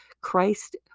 Christ